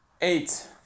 eight